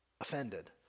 offended